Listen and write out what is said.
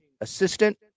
assistant